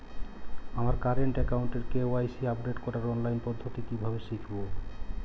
আমার কারেন্ট অ্যাকাউন্টের KYC update করার অনলাইন পদ্ধতি কীভাবে শিখব?